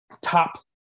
top